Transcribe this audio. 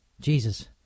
Jesus